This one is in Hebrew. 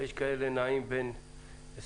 ויש כאלה שנעים בין 20%-80%.